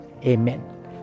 Amen